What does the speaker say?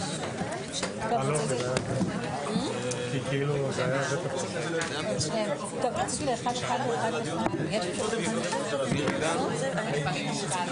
11:00.